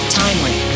timely